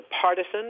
partisan